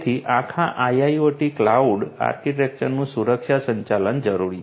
તેથી આખા IIoT cloud આર્કિટેક્ચરનું સુરક્ષા સંચાલન જરૂરી છે